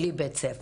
בלי בית ספר.